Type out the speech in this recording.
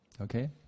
Okay